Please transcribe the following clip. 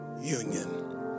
union